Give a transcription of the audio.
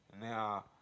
Now